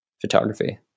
photography